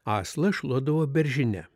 aslą šluodavo beržine